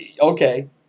Okay